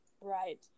Right